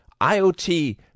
IoT